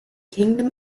kingdom